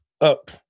up